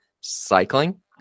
cycling